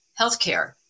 healthcare